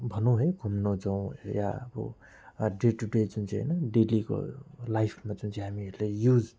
भनौँ है घुम्न जाउँ या अब डे टु डे जुन चाहिँ होइन डेलीको लाइफमा जुन चाहिँ हामीहरूले युज